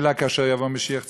אלא כאשר יבוא משיח צדקנו.